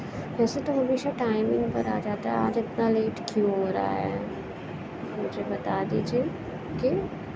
ویسے تو ہمیشہ ٹائمنگ پر آ جاتا ہے آج اتنا لیٹ کیوں ہو رہا ہے مجھے بتا دیجیے کہ